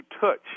touch